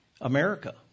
America